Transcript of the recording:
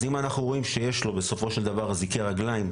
אם אנחנו רואים שיש לו בסופו של דבר אזיקי רגליים,